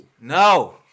No